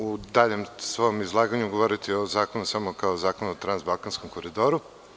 U daljem svom izlaganju ću govoriti o zakonu samo kao o zakonu Transbalkanskom koridoru.